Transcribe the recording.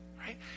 right